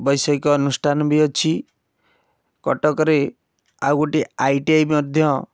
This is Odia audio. ବୈଷୟିକ ଅନୁଷ୍ଠାନ ବି ଅଛି କଟକରେ ଆଉ ଗୋଟିଏ ଆଇ ଟି ଆଇ ମଧ୍ୟ